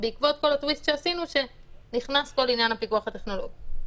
בעקבות כל הטוויסט שעשינו שנכנס פה לעניין הפיקוח הטכנולוגי.